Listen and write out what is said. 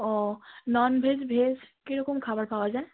ও non veg veg কীরকম খাবার পাওয়া যায়